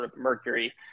Mercury